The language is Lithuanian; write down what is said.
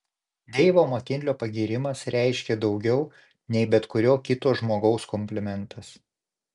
deivo makinlio pagyrimas reiškė daugiau nei bet kurio kito žmogaus komplimentas